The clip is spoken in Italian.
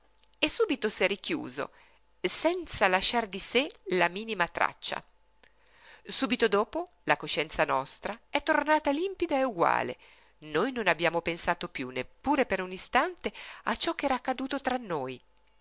e subito s'è richiuso senza lasciar di sé la minima traccia subito dopo la coscienza nostra è tornata limpida e uguale noi non abbiamo pensato piú neppure per un istante a ciò ch'era accaduto tra noi